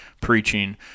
preaching